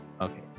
Okay